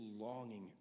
longing